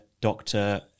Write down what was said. doctor